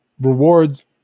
rewards